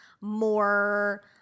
more